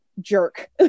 jerk